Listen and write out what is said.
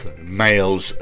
males